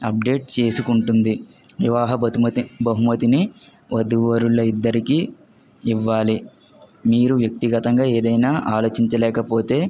update చేసుకుంటుంది వివాహ బహుమతి బహుమతిని వధూవరులు ఇద్దరికి ఇవ్వాలి మీరు వ్యక్తిగతంగా ఏదైనా ఆలోచించ లేకపోతే